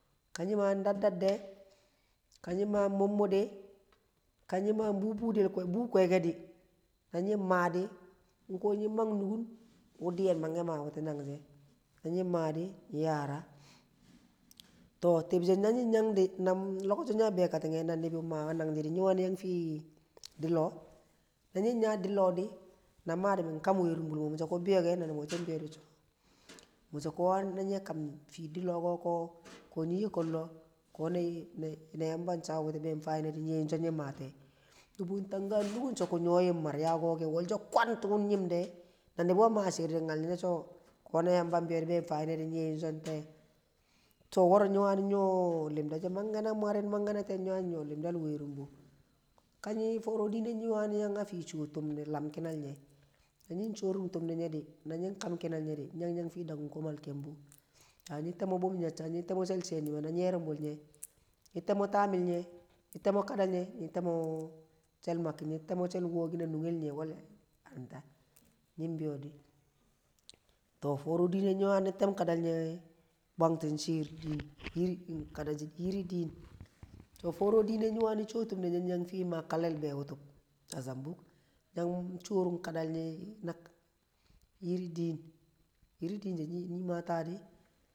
Ka nyi̱ ma daddade̱ ka nyi̱ ma mommode̱, ka na ma bu̱bu̱de̱ bu̱ kwe̱ke̱ nu̱ni̱ng ma di̱ mu̱ kwo̱ na ma nugun wu diyen ma ma bu̱ti̱ nashe̱. Na nyi̱n ma dị nyi̱ yaara to tu̱bse̱ naying yang di na lokoci wu̱ nyi̱ a bekati̱n e̱ nyi̱ wani̱ yang a fi di lo na nyi ya a fii di loh mi wani ka werubul me na nubu she biyo di mi so ko na nye kam di̱lloh ko̱ nye̱ ye ko̱llo̱ na e̱ yamba cha a bu̱n nyi̱ ye nyi so nyi ma tee nubu tang ka nugun so ku nyo yim marya ko̱ ke̱ wal sho̱ kwad tu nyim de na, nibi we ma shir di ye shi so ko̱ na yamba cha bu fe nyine yar nyine so nte? to nyi wari nyo̱ lima she manke̱ na mwaring mange na te̱ nyi̱ we nyo limdal werumbu, ko̱ nyi̱ fo̱ro̱ dine̱ nyi wani̱ yang tum ne kinu kinal nye na nying chorung tum ne nye̱ di na nyin kam kinal nye nyi yang a fi dakum komal kembu nyi̱ temo bum nyacha nyi temo shel herung nyeme na nyerembku nye nyi temo tami nyi temo kadal nye temo chel makking nyi̱ temo chel wokin le nunye nye̱ walle anta nyi̱ biyo̱ di foro̱ dine nyi wani temo kadal nye bwang tun shir diir iri n kada she to foro dinne nyi̱ wani ma kalel bewutum yang zambuk nyiwani corun kadal nye irin din iri din she ta nye maa di